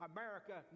America